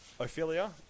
Ophelia